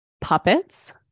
puppets